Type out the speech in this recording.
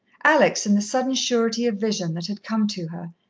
alex, in the sudden surety of vision that had come to her,